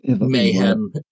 Mayhem